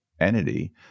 entity